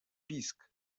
pisk